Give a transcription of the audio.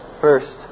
First